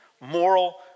moral